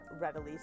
readily